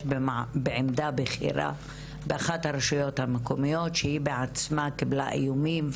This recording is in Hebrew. בעמדה בכירה באחת הרשויות המקומיות שהיא בעצמה קיבלה איומים,